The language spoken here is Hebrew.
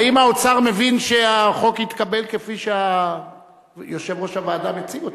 האם האוצר מבין שהחוק יתקבל כפי שיושב-ראש הוועדה מציג אותו?